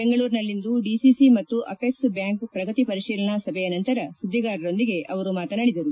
ಬೆಂಗಳೂರಿನಲ್ಲಿಂದು ಡಿಸಿಸಿ ಮತ್ತು apex bank ಪ್ರಗತಿ ಪರಿಶೀಲನಾ ನಂತರ ಸುದ್ದಿಗಾರರೊಂದಿಗೆ ಅವರು ಮಾತನಾಡಿದರು